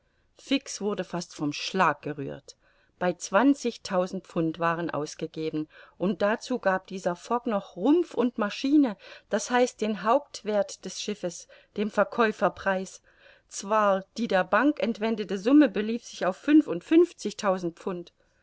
fix wurde fast vom schlag gerührt bei zwanzigtausend pfund waren ausgegeben und dazu gab dieser fogg noch rumpf und maschine d h den hauptwerth des schiffes dem verkäufer preis zwar die der bank entwendete summe belief sich auf fünfundfünfzigtausend pfund